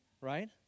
Right